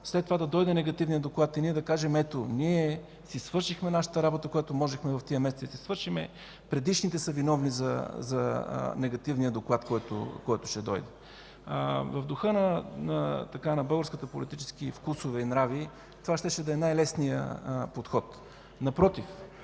след това да дойде негативният доклад и ние да кажем: „Ето, ние си свършихме нашата работа, която можехме да свършим в тези месеци. Предишните са виновни за негативния доклад, който ще дойде.” В духа на българските политически вкусове и нрави това щеше да е най-лесният подход. Напротив,